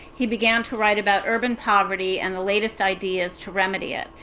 he began to write about urban poverty and the latest ideas to remedy it.